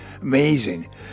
Amazing